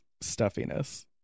stuffiness